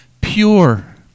pure